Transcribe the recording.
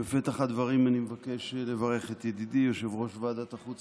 בפתח הדברים אני מבקש לברך את ידידי יושב-ראש ועדת החוץ